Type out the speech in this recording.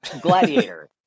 gladiator